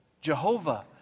Jehovah